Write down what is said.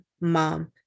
mom